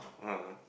uh